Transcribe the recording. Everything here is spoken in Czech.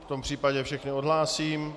V tom případě vás všechny odhlásím...